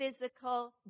Physical